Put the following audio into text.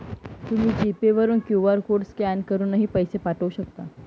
तुम्ही G Pay वरून QR code scan करूनही पैसे पाठवू शकता